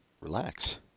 Relax